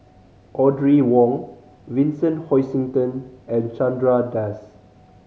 Audrey Wong Vincent Hoisington and Chandra Das